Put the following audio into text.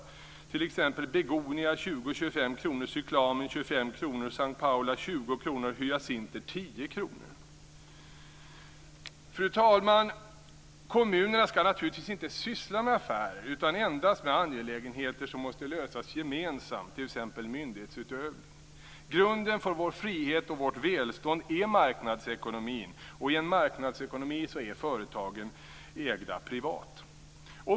Det är t.ex. begonia 20-25 kr, cyklamen Fru talman! Kommunerna skall naturligtvis inte syssla med affärer utan endast med angelägenheter som måste lösas gemensamt, t.ex. myndighetsutövning. Grunden för vår frihet och vårt välstånd är marknadsekonomin, och i en marknadsekonomi är företagen privat ägda.